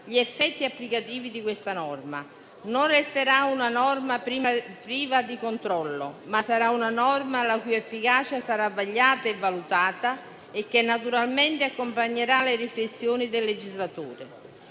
gli effetti applicativi di questa norma, che non resterà priva di controllo, perché la sua efficacia sarà vagliata e valutata, e naturalmente accompagnerà le riflessioni del legislatore.